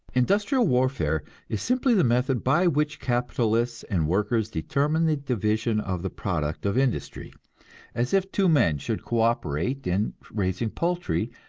industrial warfare is simply the method by which capitalists and workers determine the division of the product of industry as if two men should co-operate in raising poultry,